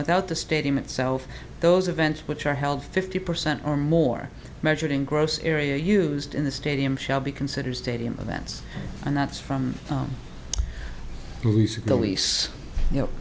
without the stadium itself those events which are held fifty percent or more measured in gross area used in the stadium shall be considered stadium events and that's from